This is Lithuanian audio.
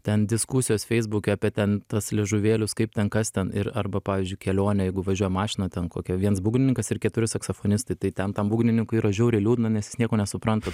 ten diskusijos feisbuke apie ten tuos liežuvėlius kaip ten kas ten ir arba pavyzdžiui kelionėj jeigu važiuoja mašina ten kokia viens būgnininkas ir keturi saksofonistai tai ten tam būgnininkui yra žiauriai liūdna nes jis nieko nesupranta